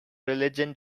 religion